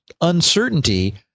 uncertainty